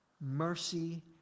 mercy